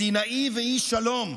מדינאי ואיש שלום.